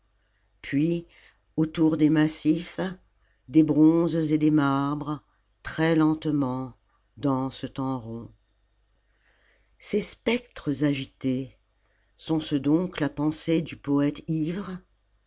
puis autour des massifs des bronzes et des marbres très lentement dansent en rond ces spectres agités sont-ce donc la pensée du poète ivre